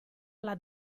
alla